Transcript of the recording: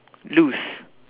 lose